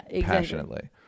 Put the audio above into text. passionately